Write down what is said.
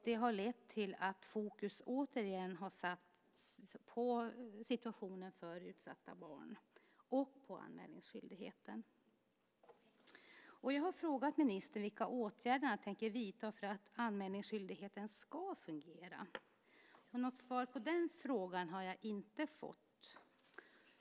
Det har lett till att fokus återigen satts på situationen för utsatta barn och på anmälningsskyldigheten. Jag har frågat ministern vilka åtgärder han tänker vidta för att anmälningsskyldigheten ska fungera. Men något svar på den frågan har jag inte fått.